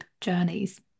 journeys